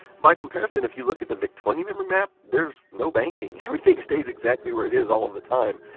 by comparison, if you look at the vic twenty memory map, there is no banking. everything stays exactly where it is all of the time.